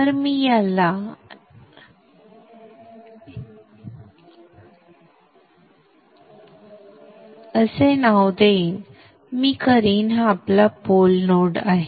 तर मी त्याला a असे नाव देईन मी करीन हा आपला पोल नोड आहे